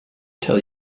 tell